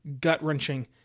gut-wrenching